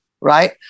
Right